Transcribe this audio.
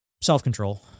self-control